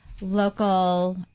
local